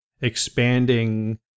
expanding